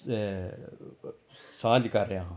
ਸਾਂਝੀ ਕਰ ਰਿਹਾ ਹਾਂ